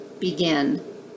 begin